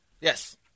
Yes